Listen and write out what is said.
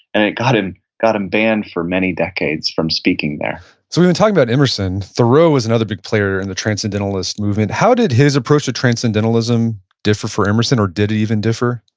and it got him got him banned for many decades from speaking there we've been talking about emerson. thoreau was another big player in the transcendentalist movement. how did his approach to transcendentalism differ from emerson, or did it even differ?